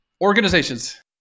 Organizations